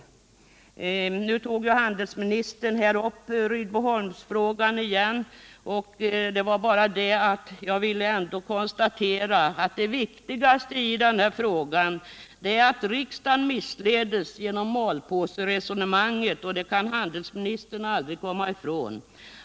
Nu tog handelsministern upp Rydboholmsfrågan igen. Jag vill då konstatera att det viktigaste i denna fråga är att riksdagen missleddes genom malpåseresonemanget, och det kan handelsministern aldrig komma ifrån.